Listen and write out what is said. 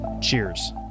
cheers